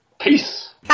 Peace